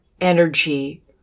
energy